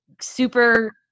super